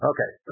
Okay